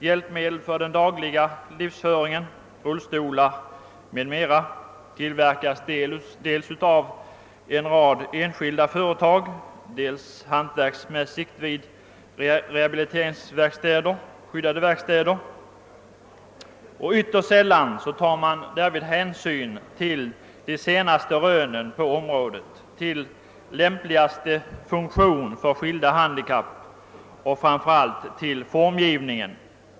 Hjälpmedel för den dagliga livsföringen, rullstolar m.m., tillverkas dels av en rad enskilda företag, dels hantverksmässigt vid rehabiliteringsverkstäder eller skyddade verkstäder. Ytterst sällan tar man därvid hänsyn till de senaste rönen på området, till lämpligaste funktion för skilda handikapp och framför allt till formgivningen.